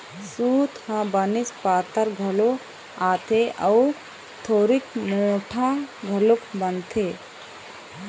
सूत ह बनेच पातर घलोक आथे अउ थोरिक मोठ्ठा घलोक बनथे